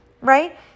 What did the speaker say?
right